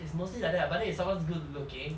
is mostly like that [what] but then if someone's good looking